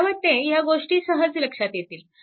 मला वाटते ह्या गोष्टी सहज लक्षात येतील